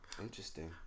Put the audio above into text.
Interesting